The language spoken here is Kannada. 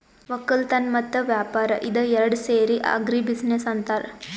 ವಕ್ಕಲತನ್ ಮತ್ತ್ ವ್ಯಾಪಾರ್ ಇದ ಏರಡ್ ಸೇರಿ ಆಗ್ರಿ ಬಿಜಿನೆಸ್ ಅಂತಾರ್